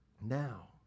now